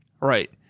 Right